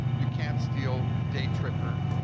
you can't steal day tripper,